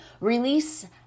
release